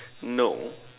no